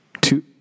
two